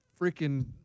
freaking